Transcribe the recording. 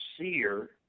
seer